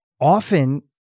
often